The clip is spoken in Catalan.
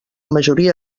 majoria